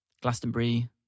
Glastonbury